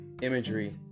imagery